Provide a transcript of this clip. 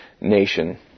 nation